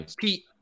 Pete